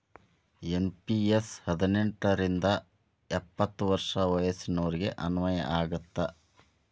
NPS ಹದಿನೆಂಟ್ ರಿಂದ ಎಪ್ಪತ್ ವರ್ಷ ವಯಸ್ಸಿನೋರಿಗೆ ಅನ್ವಯ ಆಗತ್ತ